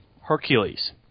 Hercules